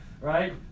right